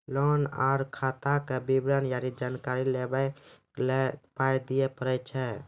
Loan आर खाताक विवरण या जानकारी लेबाक लेल पाय दिये पड़ै छै?